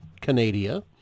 Canada